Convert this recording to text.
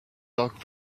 dog